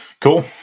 Cool